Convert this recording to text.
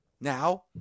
Now